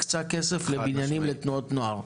כסף לבניינים לתנועות נוער.